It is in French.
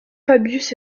fabius